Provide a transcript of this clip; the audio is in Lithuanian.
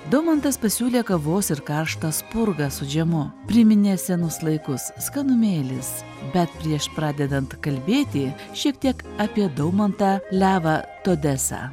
daumantas pasiūlė kavos ir karštą spurgą su džemu priminė senus laikus skanumėlis bet prieš pradedant kalbėti šiek tiek apie daumantą levą todesą